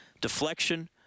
Deflection